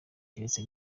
keretse